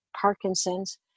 Parkinson's